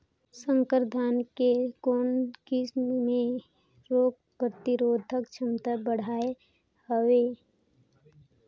संकर धान के कौन किसम मे रोग प्रतिरोधक क्षमता बढ़िया हवे?